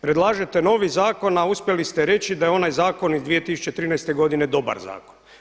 Predlažete novi zakon a uspjeli ste reći da je onaj zakon iz 2013. godine dobar zakon.